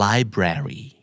Library